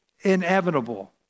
inevitable